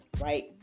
right